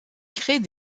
créent